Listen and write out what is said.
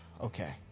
okay